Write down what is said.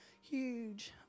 huge